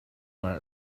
were